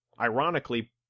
ironically